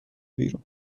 بیرون